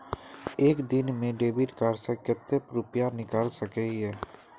एक दिन में डेबिट कार्ड से कते रुपया निकल सके हिये?